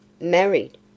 Married